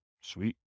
Sweet